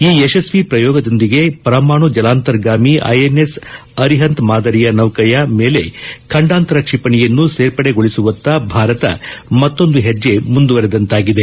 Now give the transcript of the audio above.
ಈ ಯಶಸ್ವಿ ಪ್ರಯೋಗದೊಂದಿಗೆ ಪರಮಾಣು ಜಲಾಂತರ್ಗಾಮಿ ಐಎನ್ಎಸ್ ಅರಿಹಂತ್ ಮಾದರಿಯ ನೌಕೆಯ ಮೇಲೆ ಖಂಡಾಂತರ ಕ್ಷಿಪಣಿಯನ್ನು ಸೇರ್ಪಡೆಗೊಳಿಸುವತ್ತ ಭಾರತ ಮತ್ತೊಂದು ಹೆಜ್ಜೆ ಮುಂದುವರೆದಂತಾಗಿದೆ